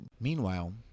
Meanwhile